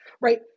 right